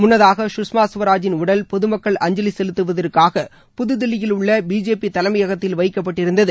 முன்னதாக சுஷ்மா ஸ்வராஜின் உடல் பொது மக்கள் அஞ்சலி செலுத்துவதற்காக புதுதில்லியில் உள்ள பிஜேபி தலைமையகத்தில் வைக்கப்பட்டிருந்தது